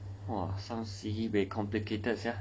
!wah! some seem very complicated sia